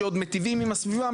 שעוד מיטיבים עם הסביבה,